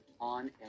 on